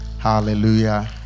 Hallelujah